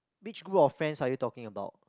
which group of friends are you talking about